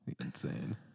Insane